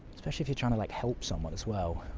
especially if you're trying to, like, help someone, as well.